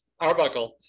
Arbuckle